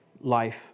Life